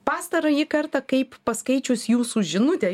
pastarąjį kartą kaip paskaičius jūsų žinutę